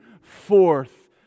forth